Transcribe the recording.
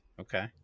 okay